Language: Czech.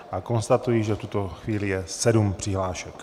A konstatuji, že v tuto chvíli je sedm přihlášek.